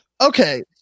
Okay